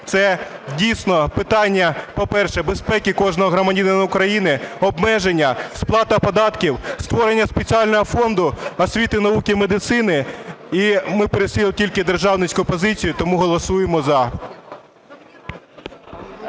це дійсно питання, по-перше, безпеки кожного громадянина України, обмеження, сплата податків, створення спеціального фонду освіти, науки, медицини. І ми переслідуємо тільки державницьку позицію, тому голосуємо "за".